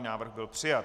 Návrh byl přijat.